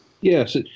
Yes